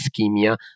ischemia